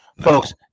Folks